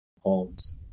homes